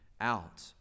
out